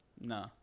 no